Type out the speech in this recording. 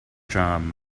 jam